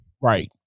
Right